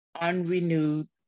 unrenewed